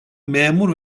memur